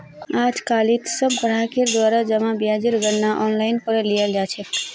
आजकालित सब ग्राहकेर द्वारा जमा ब्याजेर गणनार आनलाइन करे लियाल जा छेक